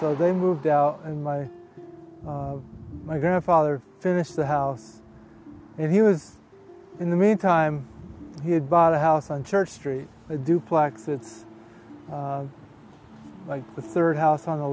so they moved out and my my grandfather finished the house and he was in the meantime he had bought a house on church street a duplex it's like the third house on the